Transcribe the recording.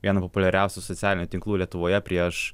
vieną populiariausių socialinių tinklų lietuvoje prieš